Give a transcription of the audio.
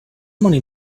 money